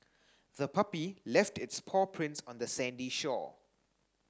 the puppy left its paw prints on the sandy shore